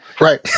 Right